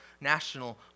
national